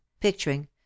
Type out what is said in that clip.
picturing